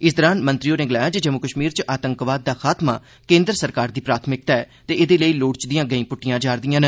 इस दौरान मंत्री होरें गलाया जे जम्मू कश्मीर च आतंकवाद दा खातमा करना केन्द्रीय सरकार दी प्राथमिक्ता ऐ ते एहदे लेई लोड़चदी गैंई पुष्टियां जारदियां न